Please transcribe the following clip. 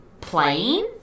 plane